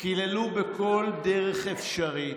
קיללו בכל דרך אפשרית,